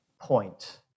point